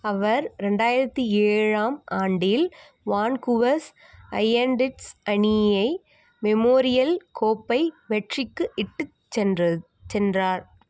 அவர் ரெண்டாயிரத்தி ஏழாம் ஆண்டில் வான்கூவர்ஸ் ஐயண்டிட்ஸ் அணியை மெமோரியல் கோப்பை வெற்றிக்கு இட்டுச் சென்றது சென்றார்